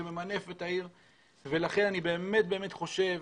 זה ממנף את העיר ולכן אני באמת חושב